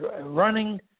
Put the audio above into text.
running